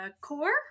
core